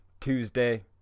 Tuesday